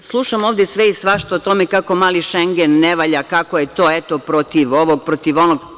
Slušam ovde sve i svašta o tome kako „mali Šengen“ ne valja, kako je to protiv ovog, protiv onog.